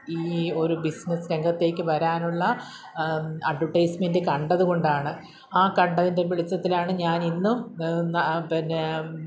ഈ ഒരു ബിസിനസ്സ് രംഗത്തേക്ക് വരാനുള്ള അഡ്വെർടൈസ്മെൻ്റ് കണ്ടതുകൊണ്ടാണ് ആ കണ്ടതിൻ്റെ വെളിച്ചത്തിലാണ് ഞാനിന്നും ആ പിന്നെ